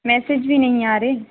message भी नहीं आ रहे हैं